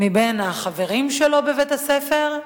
מבין החברים שלו בבית-הספר,